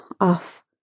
off